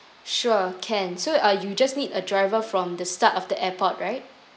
sure can so uh you just need a driver from the start of the airport right